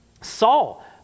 Saul